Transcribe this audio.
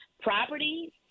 property